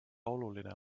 oluline